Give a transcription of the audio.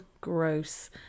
gross